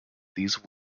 these